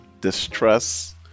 distress